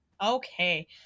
Okay